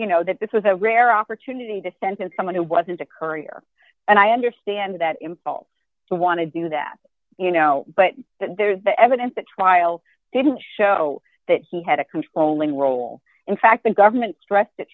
you know that this was a rare opportunity to sentence someone who wasn't a courier and i understand that impulse to want to do that you know but there's the evidence the trial didn't show that he had a controlling role in fact the government stressed